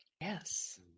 Yes